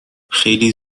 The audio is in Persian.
خیلی